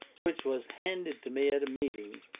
which was handed to me at a meeting,